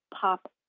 pop